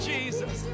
Jesus